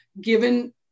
given